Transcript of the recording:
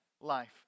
life